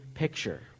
picture